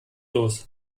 los